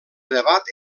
debat